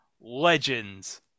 legends